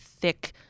thick